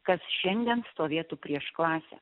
kas šiandien stovėtų prieš klasę